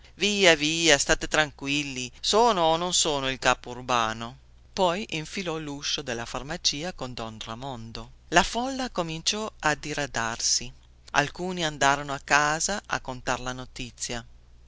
via via state tranquilli sono o non sono il capo urbano poi infilò luscio della farmacia con don ramondo la folla cominciò a diradarsi alcuni andarono a casa a contar la notizia